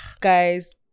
guys